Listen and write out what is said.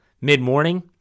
mid-morning